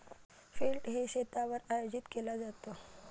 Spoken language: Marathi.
फील्ड डे शेतावर आयोजित केला जातो